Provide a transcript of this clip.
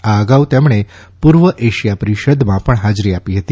આ અગાઉ તેમણે પૂર્વ એશિયા પરિષદમાં પણ હાજરી આપી હતી